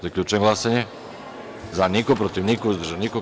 Zaključujem glasanje: za – niko, protiv – niko, uzdržanih – nema.